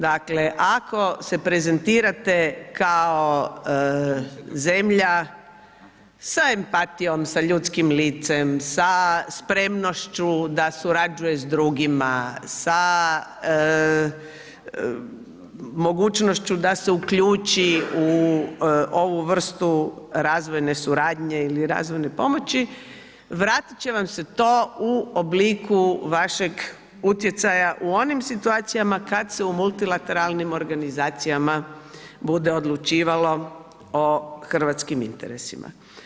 Dakle ako se prezentirate kao zemlja sa empatijom, sa ljudskim licem, sa spremnošću da surađuje s drugima sa mogućnošću da se uključi u ovu vrstu razvojne suradnje ili razvojne pomoći vratiti će vam se to u obliku vašeg utjecaja u onim situacijama kada se u multilateralnim organizacijama bude odlučivalo o hrvatskim interesima.